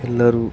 ಎಲ್ಲರೂ